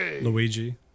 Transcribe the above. Luigi